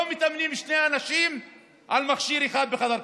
לא מתאמנים שני אנשים על מכשיר אחד בחדר כושר.